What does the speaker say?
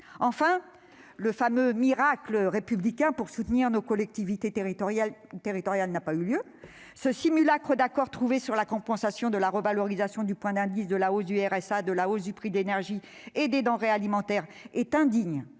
Enfin, le fameux « miracle républicain » destiné à soutenir nos collectivités territoriales n'a pas eu lieu. Ce simulacre d'accord trouvé sur la compensation de la revalorisation du point d'indice, de la hausse du RSA, de la hausse du prix de l'énergie et des denrées alimentaires est indigne